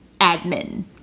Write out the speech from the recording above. admin